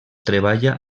treballa